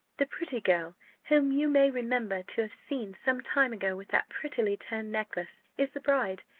the pretty girl whom you may remember to have seen some time ago with that prettily turned necklace, is the bride,